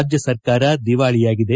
ರಾಜ್ಯ ಸರ್ಕಾರ ದಿವಾಳಿಯಾಗಿದೆ